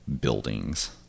buildings